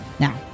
Now